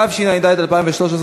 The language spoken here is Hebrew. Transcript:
התשע"ד 2013,